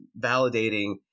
validating